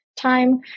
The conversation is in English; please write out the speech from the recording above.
time